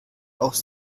aus